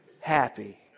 happy